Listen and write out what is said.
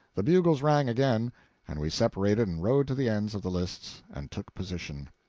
the bugles rang again and we separated and rode to the ends of the lists, and took position.